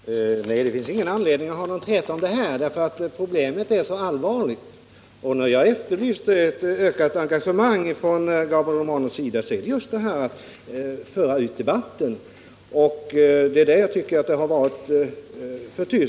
Herr talman! Nej, det finns ingen anledning att ha någon träta om detta problem därför att det är så allvarligt. När jag efterlyste ett ökat engagemang från Gabriel Romanus sida var det just för att föra ut debatten. Det är där jag tycker det har varit för tyst.